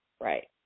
Right